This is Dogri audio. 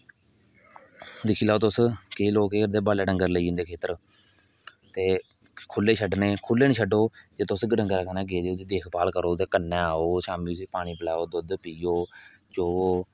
दिक्खी लैओ तुस केंई लोक केह् करदे बडले डंगर लेई जंदे खेतर ते खुल्ले छड्डने खुल्ले नेईं छड्डो जेकर तुस गै डंगर कन्नै गेदे ते ओहदी देखभाल करो ओहदे कन्नै आओ शामी उसी पानी पिलाओ दुद्ध पियो चोवो